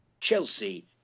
Chelsea